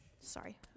Sorry